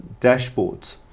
dashboards